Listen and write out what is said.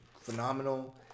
phenomenal